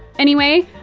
anyway,